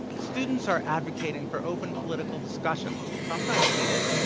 students are advocating for open political discussion, sometimes heated,